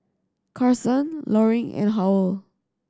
Carsen Loring and Howell